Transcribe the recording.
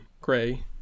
gray